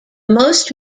most